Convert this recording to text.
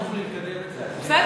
לא תוכלי להתקדם עם זה, בסדר.